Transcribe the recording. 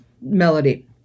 melody